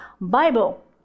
Bible